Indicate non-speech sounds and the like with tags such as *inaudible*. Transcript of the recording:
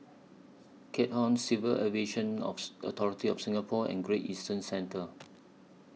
Keat Hong Civil Aviation *unintelligible* Authority of Singapore and Great Eastern Centre